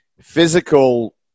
physical